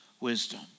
wisdom